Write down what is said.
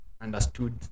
understood